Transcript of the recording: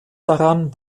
daran